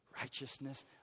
righteousness